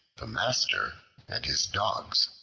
the master and his dogs